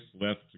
Left